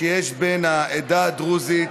שיש בין העדה הדרוזית